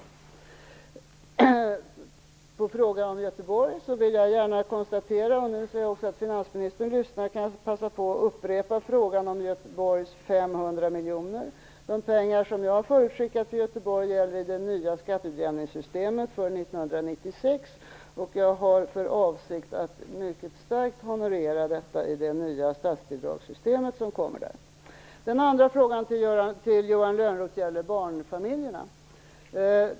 När det gäller frågan om Göteborg - nu ser jag att också finansministern lyssnar - kanske jag kan passa på att upprepa frågan om Göteborgs 500 miljoner. De pengar som jag har förutskickat till Göteborg gäller enligt det nya skatteutjämningssystemet för 1996. Jag har för avsikt att mycket starkt honorera detta i det nya statsbidragssystem som införs. Den andra frågan till Johan Lönnroth gäller barnfamiljerna.